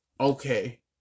okay